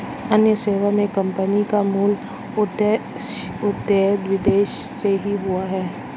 अन्य सेवा मे कम्पनी का मूल उदय विदेश से ही हुआ है